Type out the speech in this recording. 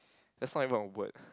that's not even a word